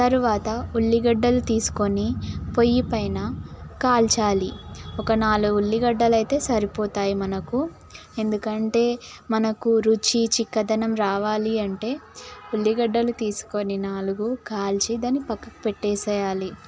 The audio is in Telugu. తరువాత ఉల్లిగడ్డలు తీసుకొని పొయ్యి పైన కాల్చాలి ఒక నాలుగు ఉల్లిగడ్డలు అయితే సరిపోతాయి మనకు ఎందుకంటే మనకు రుచి చిక్కదనం రావాలి అంటే ఉల్లిగడ్డలు తీసుకొని నాలుగు కాల్చి దాన్ని పక్కన పెట్టేయాలి